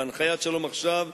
בהנחיית "שלום עכשיו",